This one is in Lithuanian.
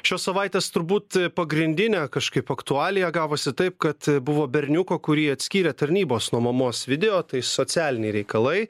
šios savaitės turbūt pagrindinė kažkaip aktualija gavosi taip kad buvo berniuko kurį atskyrė tarnybos nuo mamos video tai socialiniai reikalai